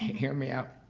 hear me out,